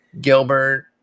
Gilbert